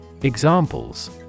Examples